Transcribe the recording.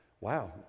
Wow